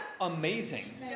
amazing